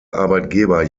arbeitgeber